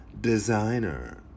Designer